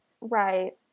right